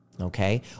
okay